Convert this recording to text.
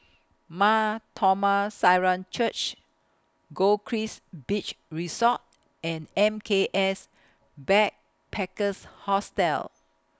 Mar Thoma Syrian Church Goldkist Beach Resort and M K S Backpackers Hostel